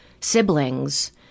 siblings